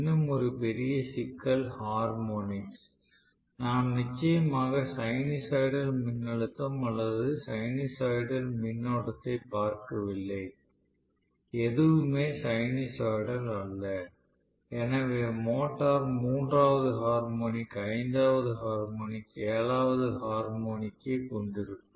இன்னும் ஒரு பெரிய சிக்கல் ஹார்மோனிக்ஸ் நாம் நிச்சயமாக சைனூசாய்டல் மின்னழுத்தம் அல்லது சைனூசாய்டல் மின்னோட்டத்தைப் பார்க்கவில்லை எதுவுமே சைனூசாய்டல் அல்ல எனவே மோட்டார் மூன்றாவது ஹார்மோனிக் ஐந்தாவது ஹார்மோனிக் ஏழாவது ஹார்மோனிக் ஐ கொண்டிருக்கும்